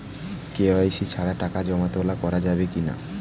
KYC ছাড়া টাকা জমা তোলা করা যাবে কি না?